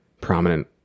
prominent